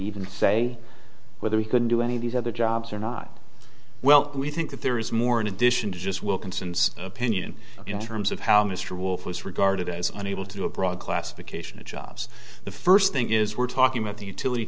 even say whether we couldn't do any of these other jobs or not well we think that there is more in addition to just wilkinson's opinion in terms of how mr wolfe was regarded as unable to do a broad classification of jobs the first thing is we're talking about the utility